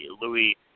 Louis